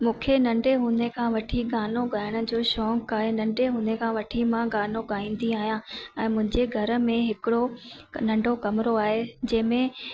मूंखे नंढे हूंदे खां वठी गानो ॻाइण जो शौक़ु आहे नंढे हूंदे खां वठी मां गानो ॻाईंदी आहियां ऐं मुंहिंजे घर में हिकिड़ो नंढो कमरो आहे जंहिं में